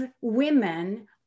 women